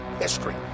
history